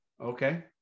okay